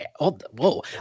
whoa